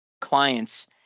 clients